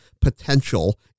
potential